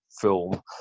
film